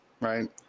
right